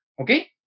okay